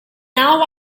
naw